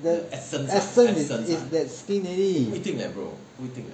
the essence is the skin already